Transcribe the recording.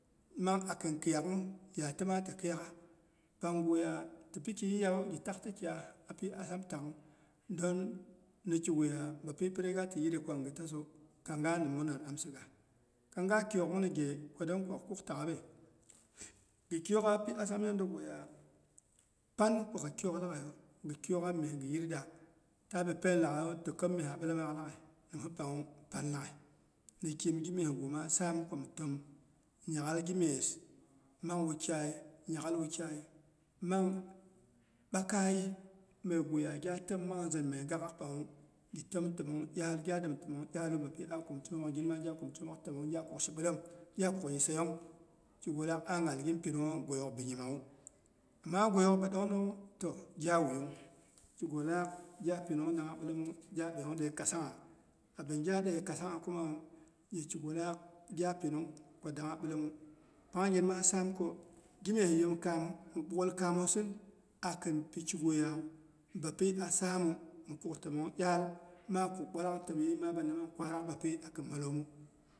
Man akin khiyaak'gh maa ti khiyak ghaa. Panguya tipiki yiyawu, gɨi takta kyat napi azam ta'gh don nikiguya bapi piriga tiyitde kong ghitasu. Kang ga nimung nan a amsi gah. Kang ga kyook ni ghe ko dong ko gɨ kuk ki pen laghai. Ni kim gimyesgu maa sam ko mi təm nya'ghal gimyes mang wukyai nya'ghal wukyai mang ɓakai meguya gya təm mye gaak ghaak pangnwu gi təm təmong iyal, gya dem təmong iyal bapi ah kum twmok girima gya kum twomok təmong, gya kuk shi bilem, gya kuk yiseiyong. Kigu laak ah nghalgin pinung goiyook bini nyi mawu. Ama goiyook ɗongɗongnwu toh gya wuyung, kigu laak gya pinung dangha bilemu, gya deiyang de kassangngha, abin gyadei kassangha kumawu gheki gulaak gya pinung ko dangha bilemu. Pangin maasam ko gimyes yim kaamosin akin pikiguya bapi a saamu, mɨ kuk təmong iyal maa kuk bwalang təmyɨi maa binna mang kwarak bapi